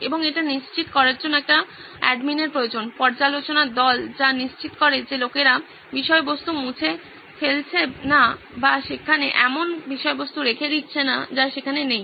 এবং এটি নিশ্চিত করার জন্য একটি প্রশাসকের প্রয়োজন পর্যালোচনা দল যা নিশ্চিত করে যেলোকেরা বিষয়বস্তু মুছে ফেলছে না বা সেখানে এমন বিষয়বস্তু রেখে দিচ্ছে না যা সেখানে নেই